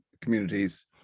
communities